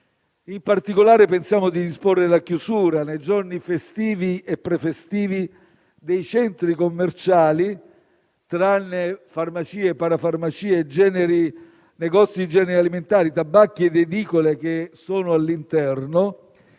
In particolare, pensiamo di disporre la chiusura nei giorni festivi e prefestivi dei centri commerciali, ad eccezione di farmacie, parafarmacie, negozi di genere alimentari, tabacchi ed edicole che si trovano all'interno,